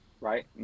Right